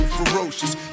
ferocious